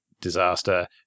disaster